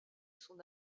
son